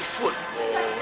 football